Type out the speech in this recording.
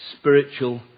spiritual